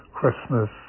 Christmas